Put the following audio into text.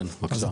כן, בבקשה.